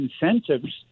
incentives